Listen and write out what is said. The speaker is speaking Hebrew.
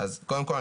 אז קודם כל,